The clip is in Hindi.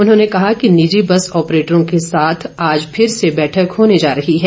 उन्होंने कहा कि निजि बस ऑपरेटरों के साथ आज फिर से बैठक होने जा रही है